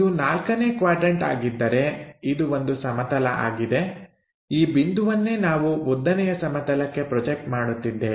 ಇದು ನಾಲ್ಕನೇ ಕ್ವಾಡ್ರನ್ಟ ಆಗಿದ್ದರೆಇದು ಒಂದು ಸಮತಲ ಆಗಿದೆ ಈ ಬಿಂದುವನ್ನೇ ನಾವು ಉದ್ದನೆಯ ಸಮತಲಕ್ಕೆ ಪ್ರೊಜೆಕ್ಟ್ ಮಾಡುತ್ತಿದ್ದೇವೆ